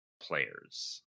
players